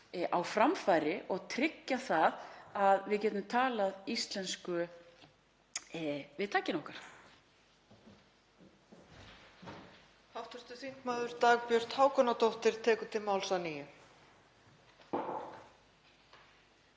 á framfæri og tryggja að við getum talað íslensku við tækin okkar.